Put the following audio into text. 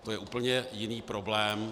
To je úplně jiný problém.